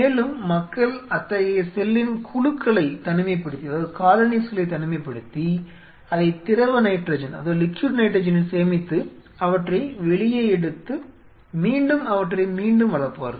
மேலும் மக்கள் அத்தகைய செல்லின் குழுக்களை தனிமைப்படுத்தி அதை திரவ நைட்ரஜனில் சேமித்து அவற்றை வெளியே எடுத்து மீண்டும் அவற்றை மீண்டும் வளர்ப்பார்கள்